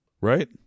Right